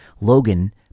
Logan